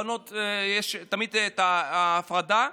לבנות יש תמיד את ההפרדה,